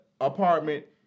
apartment